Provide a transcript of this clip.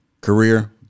career